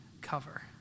cover